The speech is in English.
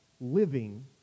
living